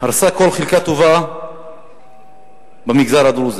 הרסה כל חלקה טובה במגזר הדרוזי.